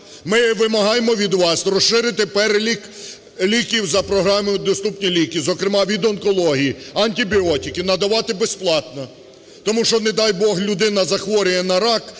Ми вимагаємо від вас розширити перелік ліків за програмою "Доступні ліки", зокрема від онкології антибіотики надавати безплатно, тому що, не дай Бог, людина захворює на рак,